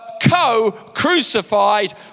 co-crucified